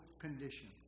condition